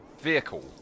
vehicle